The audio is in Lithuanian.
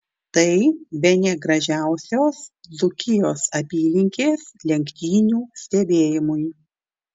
tai bene gražiausios dzūkijos apylinkės lenktynių stebėjimui